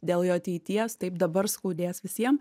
dėl jo ateities taip dabar skaudės visiem